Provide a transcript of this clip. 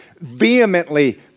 vehemently